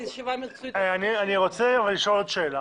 אני רוצה לשאול עוד שאלה.